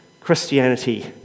Christianity